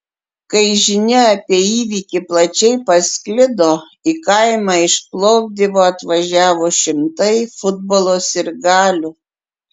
kai žinia apie įvykį plačiai pasklido į kaimą iš plovdivo atvažiavo šimtai futbolo sirgalių